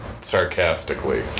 sarcastically